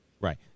Right